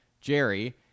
Jerry